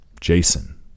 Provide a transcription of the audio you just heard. Jason